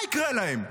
מה יקרה להם?